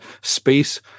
Space